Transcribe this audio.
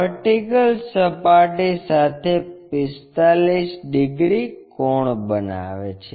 vertical સપાટી સાથે 45 degree કોણ બનાવે છે